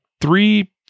three